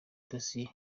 dossier